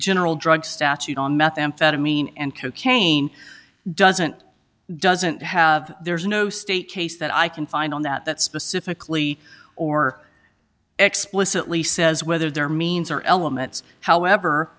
general drug statute on methamphetamine and cocaine doesn't doesn't have there's no state case that i can find on that that specifically or explicitly says whether there are means or elements however